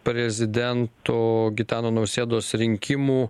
prezidento gitano nausėdos rinkimų